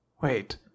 wait